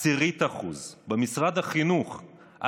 0.1%; במשרד החינוך,